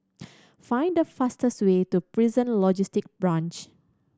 find the fastest way to Prison Logistic Branch